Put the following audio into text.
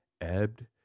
Ebbed